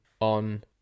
on